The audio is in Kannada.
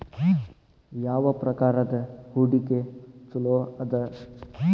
ಯಾವ ಪ್ರಕಾರದ ಹೂಡಿಕೆ ಚೊಲೋ ಅದ